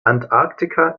antarktika